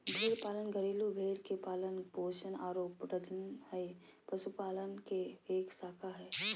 भेड़ पालन घरेलू भेड़ के पालन पोषण आरो प्रजनन हई, पशुपालन के एक शाखा हई